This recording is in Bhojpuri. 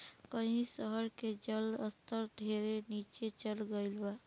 कई शहर के जल स्तर ढेरे नीचे चल गईल बा